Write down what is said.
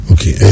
Okay